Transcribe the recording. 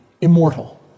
immortal